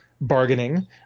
bargaining